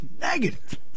negative